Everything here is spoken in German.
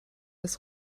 des